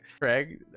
Craig